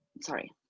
sorry